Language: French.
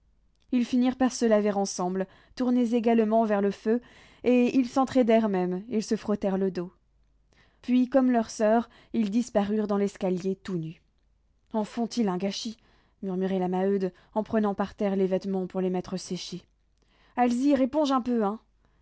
ils finirent par se laver ensemble tournés également vers le feu et ils s'entraidèrent même ils se frottèrent le dos puis comme leur soeur ils disparurent dans l'escalier tout nus en font-ils un gâchis murmurait la maheude en prenant par terre les vêtements pour les mettre sécher alzire éponge un peu hein